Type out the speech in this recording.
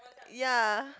ya